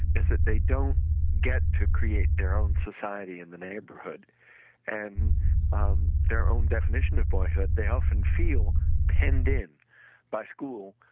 is that they don't get to create their own society in the neighborhood and um their own definition of boyhood. they often feel pending by school,